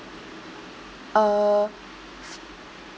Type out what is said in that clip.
uh